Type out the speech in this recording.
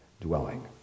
dwelling